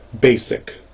basic